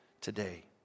today